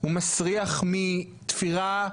הוא מסריח מתפירה,